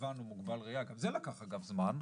הבנו מוגבל ראייה, גם זה לקח אגב זמן,